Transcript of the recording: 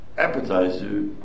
appetizer